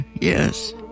yes